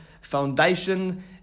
foundation